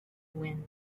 wind